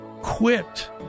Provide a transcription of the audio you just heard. Quit